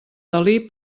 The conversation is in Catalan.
dalí